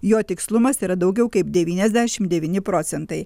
jo tikslumas yra daugiau kaip devyniasdešimt devyni procentai